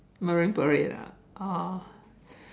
Marine Parade lah oh